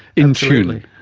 in tune.